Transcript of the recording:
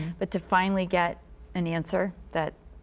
but to finally get an answer that,